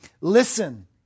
listen